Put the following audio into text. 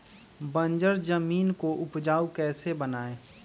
बंजर जमीन को उपजाऊ कैसे बनाय?